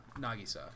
Nagisa